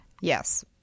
Yes